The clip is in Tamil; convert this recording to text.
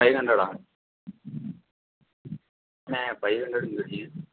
ஃபைவ் ஹண்ட்ரடா அண்ணே ஃபைவ் ஹண்ட்ரடுங்கறீங்க